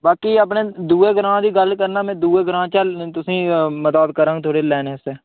बाकी अपने दुए ग्रांऽ दी गल्ल करना में दुए ग्रांऽ चा तुसें ई मदाद करङ थुआढ़े लैने आस्तै